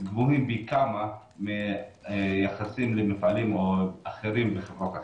גבוהים פי כמה ביחס למפעלים אחרים בחברות אחרות.